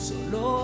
Solo